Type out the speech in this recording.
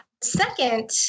second